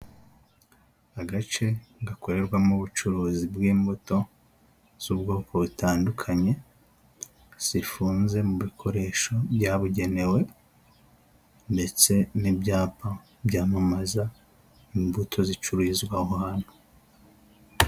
Agace gakorerwamo ubucuruzi bw'imbuto z'ubwoko butandukanye, zifunze mu bikoresho byabugenewe ndetse n'ibyapa, byamamaza imbuto zicururizwa aho hantu.